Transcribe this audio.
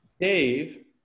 Dave